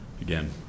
again